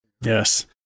Yes